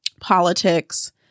politics